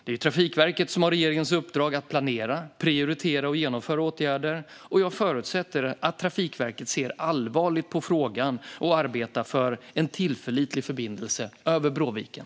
Det är Trafikverket som har regeringens uppdrag att planera, prioritera och genomföra åtgärder. Jag förutsätter att Trafikverket ser allvarligt på frågan och arbetar för en tillförlitlig förbindelse över Bråviken.